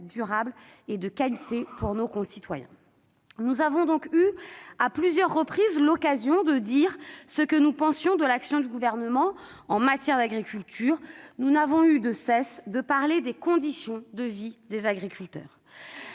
durable et de qualité à nos concitoyens. Nous avons eu à plusieurs reprises l'occasion de dire ce que nous pensions de l'action du Gouvernement en matière d'agriculture, et nous n'avons cessé de parler des conditions de vie des agriculteurs.